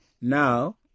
now